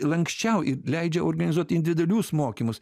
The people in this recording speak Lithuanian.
lanksčiau ir leidžia organizuoti individualius mokymus